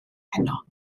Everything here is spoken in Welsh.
heno